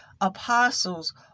apostles